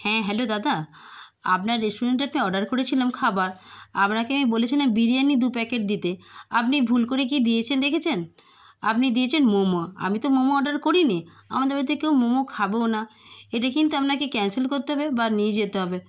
হ্যাঁ হ্যালো দাদা আপনার রেস্টুরেন্টে একটা অর্ডার করেছিলাম খাবার আপনাকে আমি বলেছিলাম বিরিয়ানি দু প্যাকেট দিতে আপনি ভুল করে কী দিয়েছেন দেখেছেন আপনি দিয়েছেন মোমো আমি তো মোমো অর্ডার করিনি আমাদের বাড়িতে কেউ মোমো খাবোও না এটা কিন্তু আপনাকে ক্যান্সেল করতে হবে বা নিয়ে যেতে হবে